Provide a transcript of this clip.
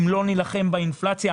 אם לא נילחם באינפלציה,